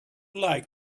like